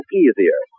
easier